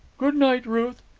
good night, ruth.